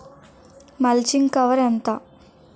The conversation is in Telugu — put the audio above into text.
మల్చింగ్ కవర్ ఎంత?